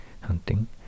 hunting